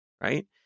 right